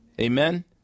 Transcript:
Amen